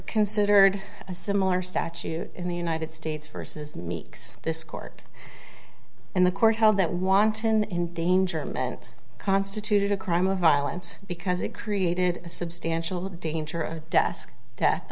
considered a similar statute in the united states versus meek's this court in the court held that wanton endangerment constituted a crime of violence because it created a substantial danger of desk death